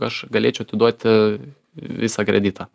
aš galėčiau atiduoti visą kreditą